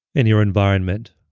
in your environment.